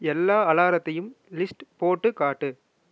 எல்லா அலாரத்தையும் லிஸ்ட் போட்டு காட்டு